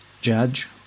judge